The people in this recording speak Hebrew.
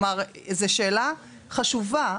זה שאלה חשובה,